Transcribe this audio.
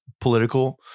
political